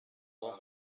راهو